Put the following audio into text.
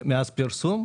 מאז הפרסום?